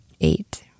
Eight